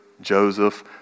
Joseph